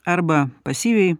arba pasyviai